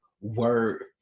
word